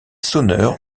sonneurs